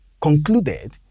concluded